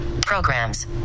Programs